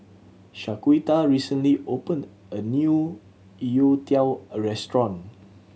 Shaquita recently opened a new youtiao restaurant